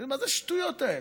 מה זה השטויות האלה?